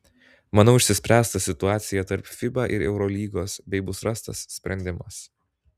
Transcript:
manau išsispręs ta situacija tarp fiba ir eurolygos bei bus rastas sprendimas